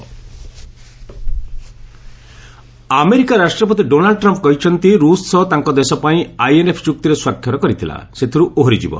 US treaty America ରାଷ୍ଟ୍ରପତି Donald Trump କହିଛନ୍ତି ରୁଷ ସହ ତାଙ୍କ ଦେଶ ଯେଉଁ ଆଇଏନ୍ଏଫ୍ ଚୁକ୍ତିରେ ସ୍ୱାକ୍ଷର କରିଥିଲା ସେଥିରୁ ଓହରିଯିବ